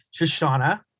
Shoshana